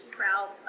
proud